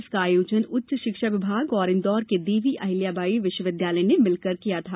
इसका आयोजन उच्चशिक्षा विभाग और इंदौर के देवी अहिल्याबाई विश्वविद्यालय ने मिलकर किया था